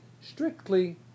strictly